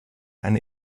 eine